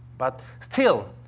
but still,